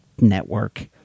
network